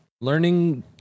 learning